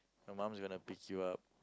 your mum is gonna pick you up